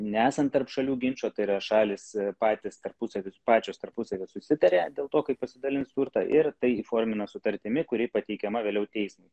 nesant tarp šalių ginčo tai yra šalys patys tarpusavy pačios tarpusavyje susitaria dėl to kaip pasidalins turtą ir tai įformina sutartimi kuri pateikiama vėliau teismui